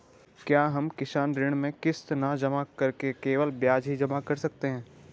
क्या हम किसान ऋण में किश्त जमा न करके केवल ब्याज ही जमा कर सकते हैं?